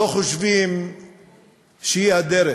לא חושבים שהיא הדרך,